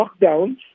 Lockdowns